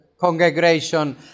congregation